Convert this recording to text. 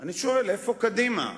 אני שואל: איפה קדימה?